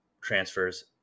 transfers